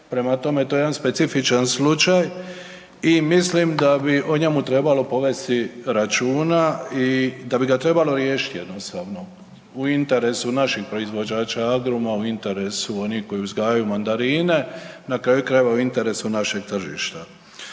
prema tome to je jedan specifičan slučaj i mislim da bi o njemu trebalo povesti računa i da bi ga trebalo riješiti jednostavno u interesu naših proizvođača agruma, u interesu onih koji uzgajaju mandarine, na kraju krajeva, u interesu našeg tržišta.